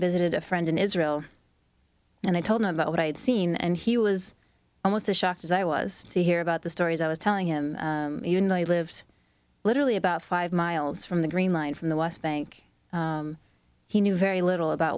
visited a friend in israel and i told him about what i had seen and he was almost as shocked as i was to hear about the stories i was telling him even though he lives literally about five miles from the green line from the west bank he knew very little about